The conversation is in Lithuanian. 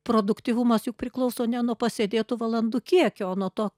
produktyvumas juk priklauso ne nuo pasėdėtų valandų kiekio o nuo to